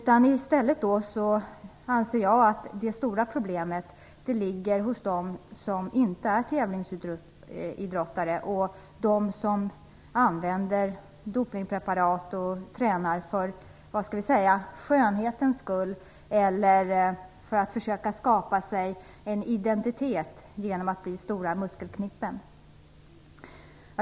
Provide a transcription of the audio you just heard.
Jag anser att det stora problemet i stället finns bland dem som inte är tävlingsidrottare och dem som använder dopningspreparat och som tränar för "skönhetens skull" eller för att försöka skapa sig en identitet genom att bli stora muskelknippen.